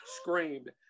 screamed